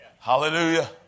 hallelujah